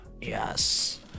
Yes